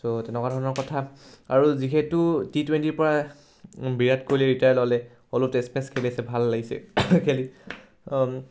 চ' তেনেকুৱা ধৰণৰ কথা আৰু যিহেতু টি টুৱেণ্টিৰ পৰা বিৰাট কোহলি ৰিটায়াৰ ল'লে হ'লেও টেষ্ট মেচ খেলিছে ভাল লাগিছে খেলি